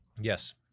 Yes